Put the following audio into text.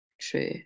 true